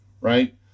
right